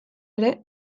ere